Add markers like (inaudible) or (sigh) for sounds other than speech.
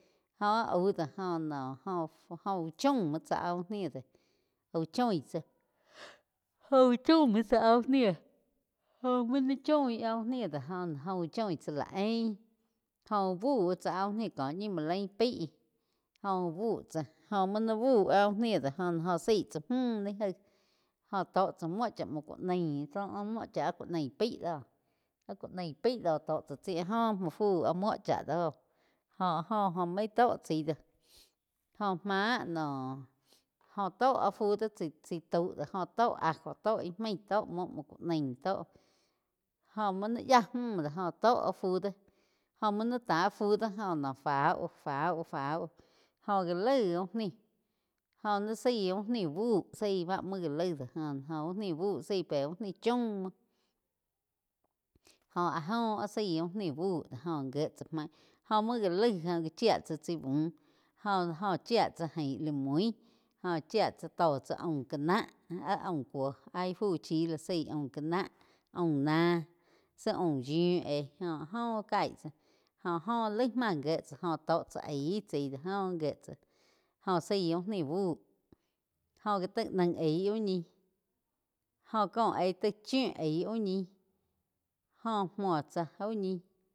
Jó áh aú do jo no jóh úh chaum muo tsá áh úh ni do úh choin tsá (noise) jo úh chaum múo tsá áh úh ni jo muo ni choi áh úh ni do joh úh choin tsá lá ein jóh úh buh tsá úh níh có ñi muo lain pai jóh úh bú tsá jó múo ni bu áh úh ni do jó zaí tsá múh ni gaíg óh tó chá múo chá múo ku naí taum áh múo chá ku naí pai do áh ku naí paih do tó chá tsi áh joh muo fu áh muo chá do jo áh joh main tó chai do jóh máh noh jó tó áh fu do chai tau do jó tó ajo tó íh maig tó muo muoh ku naí tó joh múo nái yáh múh do joh tó áh fu doh jóh muo nain tá fu doh joh no fau, fau, fau, óh gá laig úh nih joh naí zaí uh ni buh zaí bá muo gá laig do joh óh uh ni bu zaí pé úh nih chaum muo. Oh áh jo áh zaí úh ni bu do jo gie tsá mai jo múo gá laig jo gá chía tsáh chaí buh jo-jo chía tsá jain la mui joh chía tsá tó cha aum ká na, áh aum kuo áh ih fu chi lo zaí aum ká nah, aum nah tsi aum yíu éh jóh áh joh caig tsáh jo óh llaig má gie tsá joh tó chá aig chai do jóh gie tsá óh zaí úh ni buh jóh gá taig naí aíh úh ñih jo có aig tai chíu aig úh ñih joh múo tzá úh ñih.